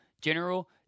General